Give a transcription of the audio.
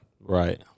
Right